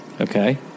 okay